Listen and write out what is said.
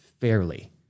fairly